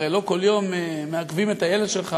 הרי לא כל יום מעכבים את הילד שלך